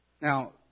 Now